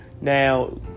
Now